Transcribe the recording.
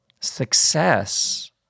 success